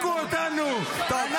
לא תשתיקו אותנו -- טוב.